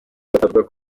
whatsapp